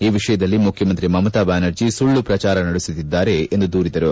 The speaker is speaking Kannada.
ಈ ವಿಷಯದಲ್ಲಿ ಮುಖ್ಯಮಂತ್ರಿ ಮಮತಾ ಬ್ಯಾನರ್ಜಿ ಸುಳ್ಳು ಪ್ರಚಾರ ನಡೆಸುತ್ತಿದ್ದಾರೆ ಎಂದು ದೂರಿದರು